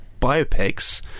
biopics